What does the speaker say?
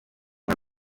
nka